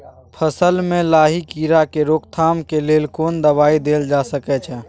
फसल में लाही कीरा के रोकथाम के लेल कोन दवाई देल जा सके छै?